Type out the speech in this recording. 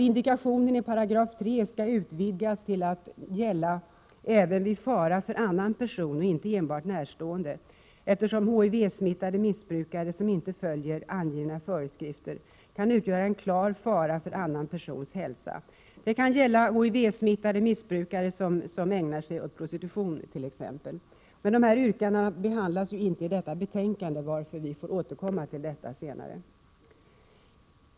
Indikationen i 3 § LVM bör utvidgas till att gälla även vid fara för annan person, och inte enbart närstående, eftersom HIV-smittade missbrukare som inte följer angivna föreskrifter kan utgöra en klar fara för annan persons hälsa. Detta kan t.ex. gälla HIV-smittade missbrukare som ägnar sig åt prostitution. Dessa yrkanden behandlas dock inte i betänkande 10, varför vi får återkomma till dessa frågor.